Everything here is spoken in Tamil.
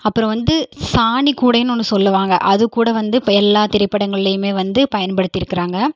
அப்புறம் வந்து சாணிக் கூடைன்னு ஒன்று சொல்லுவாங்க அதுக்கூட வந்து இப்போ எல்லாத் திரைப்படங்கள்லையுமே வந்து பயன்படுத்தியிருக்கிறாங்க